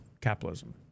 capitalism